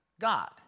God